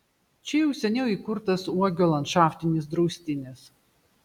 čia jau seniau įkurtas uogio landšaftinis draustinis